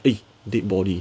eh dead body